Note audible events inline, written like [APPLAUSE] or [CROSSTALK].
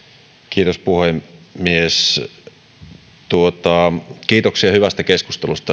kiitos puhemies kiitoksia hyvästä keskustelusta [UNINTELLIGIBLE]